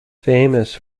famous